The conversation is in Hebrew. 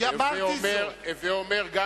הווי אומר,